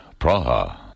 Praha